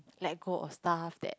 like go of stuff that